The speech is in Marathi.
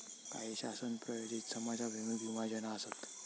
काही शासन प्रायोजित समाजाभिमुख विमा योजना आसत